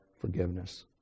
forgiveness